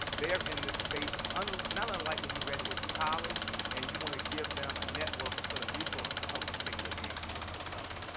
they're in the space and not unlike when you graduate from college and you want to give them a network, a set of resources to help them take their game to another level.